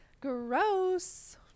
Gross